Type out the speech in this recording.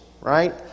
right